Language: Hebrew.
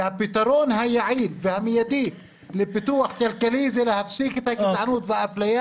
והפתרון היעיל והמידי לפתוח כלכלי היא להפסיק את האפליה